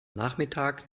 nachmittag